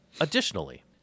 Additionally